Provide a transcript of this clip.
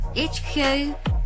HQ